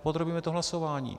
Podrobíme to hlasování.